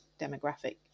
demographic